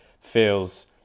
feels